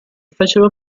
faceva